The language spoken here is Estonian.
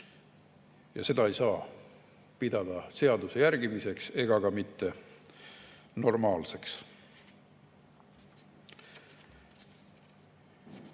Ja seda ei saa pidada seaduse järgimiseks ega ka mitte normaalseks.